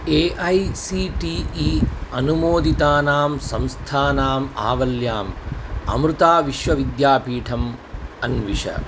A I C T E अनुमोदितानां संस्थानाम् आवल्याम् अमृता विश्वविद्यापीठम् अन्विष